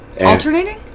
Alternating